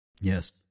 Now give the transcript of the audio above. Yes